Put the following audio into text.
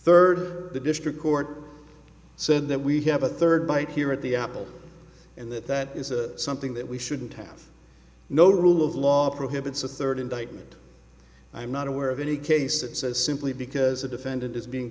third the district court said that we have a third bite here at the apple and that that is a something that we shouldn't have no rule of law prohibits a third indictment i'm not aware of any case that says simply because a defendant is being